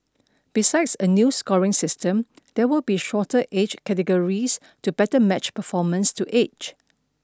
besides a new scoring system there will be shorter age categories to better match performance to age